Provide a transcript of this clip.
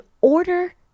order